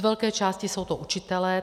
Z velké části jsou to učitelé.